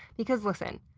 because, listen,